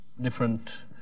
different